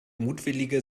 mutwillige